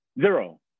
Zero